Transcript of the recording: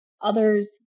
Others